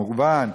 מובן,